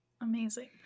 Amazing